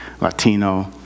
Latino